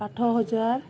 ଆଠ ହଜାର